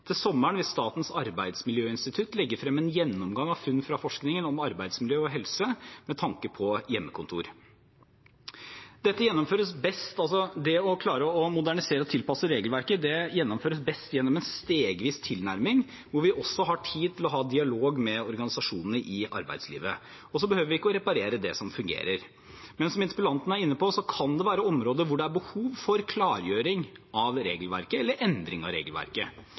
Til sommeren vil Statens arbeidsmiljøinstitutt legge frem en gjennomgang av funn fra forskningen om arbeidsmiljø og helse med tanke på hjemmekontor. Det å klare å modernisere og tilpasse regelverket gjennomføres best gjennom en stegvis tilnærming, der vi også har tid til å ha dialog med organisasjonene i arbeidslivet. Vi behøver ikke å reparere det som fungerer, men som interpellanten var inne på, kan det være områder der det er behov for en klargjøring eller endring av regelverket. En mer fleksibel organisering av